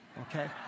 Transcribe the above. okay